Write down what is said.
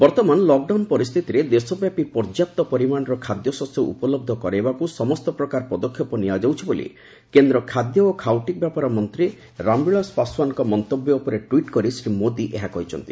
ବର୍ତ୍ତମାନ ଲକଡାଉନ ପରିସ୍ଥିତିରେ ଦେଶବ୍ୟାପୀ ପର୍ଯ୍ୟାପ୍ତ ପରିମାଣର ଖାଦ୍ୟଶସ୍ୟ ଉପଲନ୍ଧ କରାଇବାକୁ ସମସ୍ତ ପ୍ରକାର ପଦକ୍ଷେପ ନିଆଯାଉଛି ବୋଲି କେନ୍ଦ୍ର ଖାଦ୍ୟ ଓ ଖାଉଟି ବ୍ୟାପାର ମନ୍ତ୍ରୀ ରାମବିଳାସ ପାଶ୍ୱାନଙ୍କ ମନ୍ତବ୍ୟ ଉପରେ ଟ୍ସିଟ୍ କରି ଶ୍ରୀ ମୋଦି ଏହା କହିଛନ୍ତି